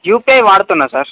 UPI వాడుతున్నాను sir